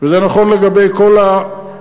וזה נכון לגבי כל האחרים,